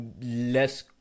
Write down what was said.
less